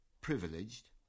privileged